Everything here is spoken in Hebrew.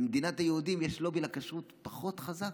במדינת היהודים הלובי לכשרות פחות חזק?